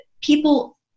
people